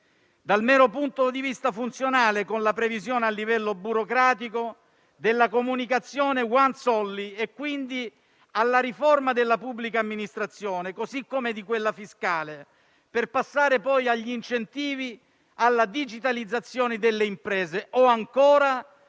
dal mero punto di vista funzionale, con la previsione a livello burocratico della comunicazione *once only*, alla riforma della pubblica amministrazione, così come di quella fiscale, per passare poi agli incentivi alla digitalizzazione delle imprese o - ancora